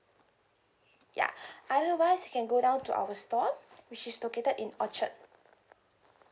ya otherwise you can go down to our store which is located in orchard